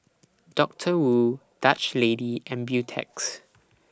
Doctor Wu Dutch Lady and Beautex